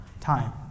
Time